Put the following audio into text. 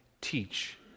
teach